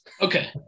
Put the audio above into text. Okay